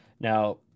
Now